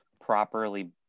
properly